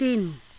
तिन